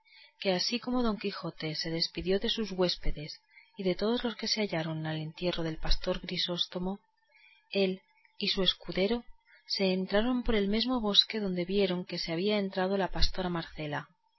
que así como don quijote se despidió de sus huéspedes y de todos los que se hallaron al entierro del pastor grisóstomo él y su escudero se entraron por el mesmo bosque donde vieron que se había entrado la pastora marcela